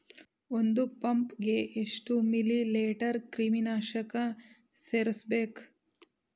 ಒಂದ್ ಪಂಪ್ ಗೆ ಎಷ್ಟ್ ಮಿಲಿ ಲೇಟರ್ ಕ್ರಿಮಿ ನಾಶಕ ಸೇರಸ್ಬೇಕ್?